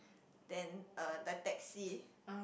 then uh the taxi